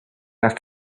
asked